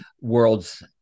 worlds